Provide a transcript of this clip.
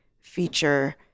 feature